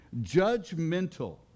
judgmental